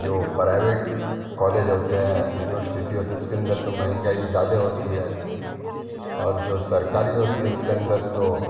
جو private college ہوتے ہیں یونیورسٹی ہوتی ہے اس کے اندر تو مہنگائی زیادے ہوتی ہے اور جو سرکاری ہوتی ہے اس کے اندر تو